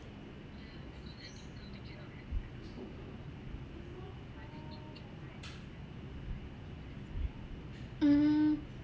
mmhmm